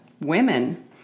women